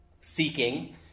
seeking